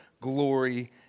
glory